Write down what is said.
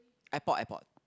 airport airport